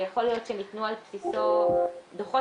ויכול להיות ניתנו על בסיסו דוחות.